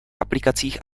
aplikacích